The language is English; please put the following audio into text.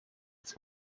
its